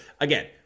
again